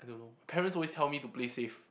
I don't know parents always tell me to play safe